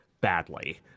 badly